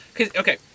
okay